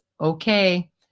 Okay